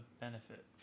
benefit